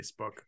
Facebook